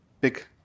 big